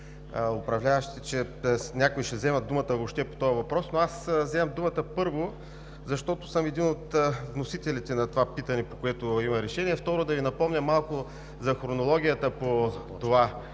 управляващите, че някои ще вземат думата въобще по този въпрос. Вземам думата, първо, защото съм един от вносителите на това питане, по което има решение, второ, да Ви напомня малко за хронологията по това